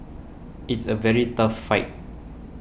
it's a very tough fight